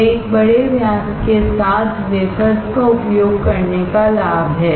यह एक बड़े व्यास के साथ वेफर्स का उपयोग करने का लाभ है